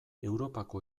europako